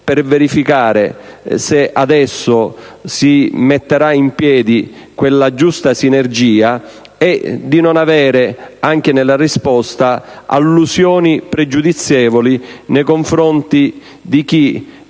per verificare se si provvederà ad alimentare la giusta sinergia e di non fare, anche nelle risposte, allusioni pregiudizievoli nei confronti di chi